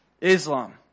Islam